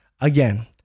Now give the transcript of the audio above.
Again